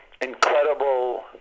incredible